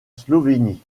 slovénie